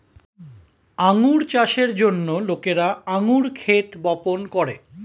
আঙ্গুর চাষের জন্য লোকেরা আঙ্গুর ক্ষেত বপন করে